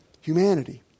humanity